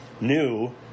new